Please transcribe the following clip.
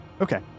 Okay